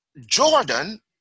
Jordan